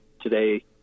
today